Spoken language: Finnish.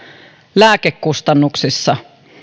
lääkekustannuksissa